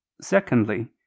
Secondly